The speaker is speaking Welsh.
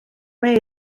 mai